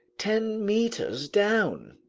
ten meters down.